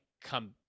come